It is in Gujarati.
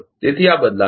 તેથી આ બદલાશે